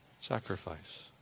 sacrifice